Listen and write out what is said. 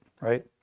Right